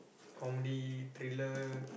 comedy trailer